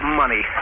money